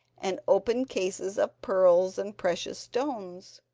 and opened cases of pearls and precious stones.